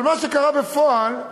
אבל מה שקרה בפועל,